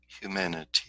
Humanity